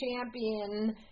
Champion